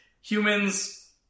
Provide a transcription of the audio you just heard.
humans